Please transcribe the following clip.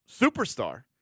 superstar